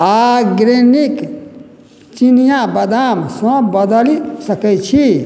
organic चिनिया बादामसँ बदैल सकैत छी